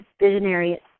visionary